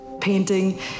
Painting